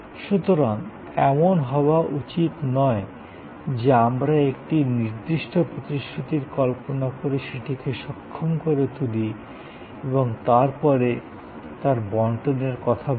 সুতরাং এমন হওয়া উচিত নয় যে আমরা একটি নির্দিষ্ট প্রতিশ্রূতির কল্পনা করে সেটিকে সক্ষম করে তুলি এবং তারপরে তার বন্টনের কথা ভাবি